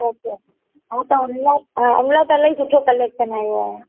okay okay हो त हिन लइ हिन लइ ॾाढो सुठो कलेक्शन आयो आहे